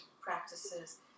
practices